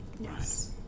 yes